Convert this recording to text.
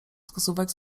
wskazówek